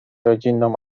rodzinną